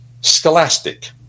scholastic